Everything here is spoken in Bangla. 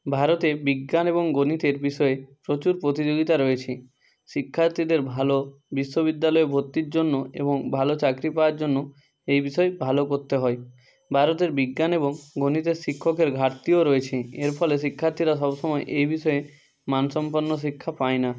ভারতে বিজ্ঞান এবং গণিতের বিষয়ে প্রচুর প্রতিযোগিতা রয়েছে শিক্ষার্থীদের ভালো বিশ্ববিদ্যালয়ে ভর্তির জন্য এবং ভালো চাকরি পাওয়ার জন্য এই বিষয়ে ভালো করতে হয় ভারতে বিজ্ঞান এবং গণিতের শিক্ষকের ঘাটতিও রয়েছে এর ফলে শিক্ষার্থীরা সব সময় এই বিষয়ে মানসম্পন্ন শিক্ষা পায় না